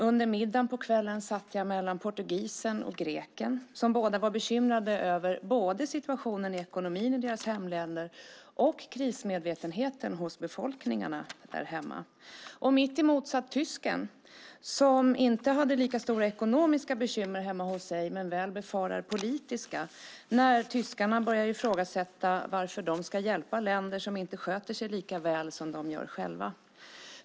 Under middagen på kvällen satt jag mellan portugisen och greken som båda var bekymrade över den ekonomiska situationen i sina hemländer och krismedvetenheten hos befolkningen. Mitt emot satt tysken som inte har lika stora ekonomiska bekymmer hemma hos sig, men befarar politiska. Tyskarna börjar ifrågasätta varför de ska hjälpa länder som inte sköter sig lika väl som de.